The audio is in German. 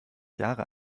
jahre